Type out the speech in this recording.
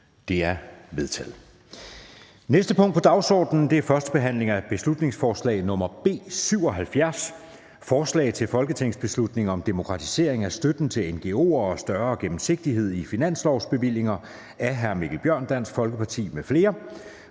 Det er vedtaget. --- Det næste punkt på dagsordenen er: 8) 1. behandling af beslutningsforslag nr. B 77: Forslag til folketingsbeslutning om demokratisering af støtten til ngo’er og større gennemsigtighed i finanslovsbevillinger. Af Mikkel Bjørn (DF) m.fl.